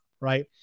Right